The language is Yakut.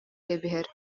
кэбиһэр